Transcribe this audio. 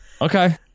okay